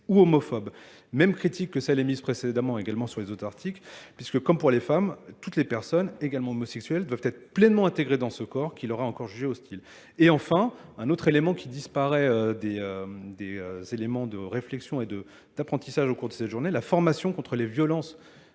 ou homophobes. Même critique que celle émise précédemment également sur les autartiques puisque comme pour les femmes, toutes les personnes également homosexuelles doivent être pleinement intégrées dans ce corps qui leur a encore jugé hostile. Et enfin, un autre élément qui disparaît des éléments de réflexion et d'apprentissage au cours de cette journée, la formation contre les violences